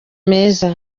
meza